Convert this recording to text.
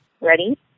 ready